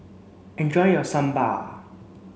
enjoy your Sambar